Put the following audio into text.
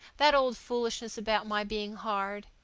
that old foolishness about my being hard.